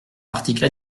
article